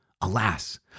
Alas